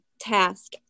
task